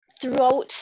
throughout